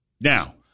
Now